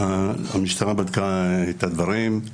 המשטרה בדקה את הדברים,